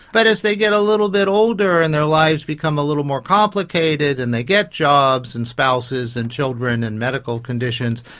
but as they get little bit older and their lives become a little more complicated and they get jobs and spouses and children and medical conditions,